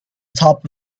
top